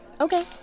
Okay